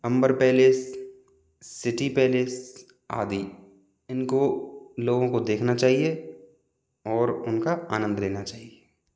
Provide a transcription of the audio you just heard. अम्बर palace city palace आदि इनको लोगों को देखना चाहिए और उनका आनंद लेना चाहिए